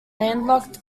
landlocked